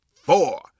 four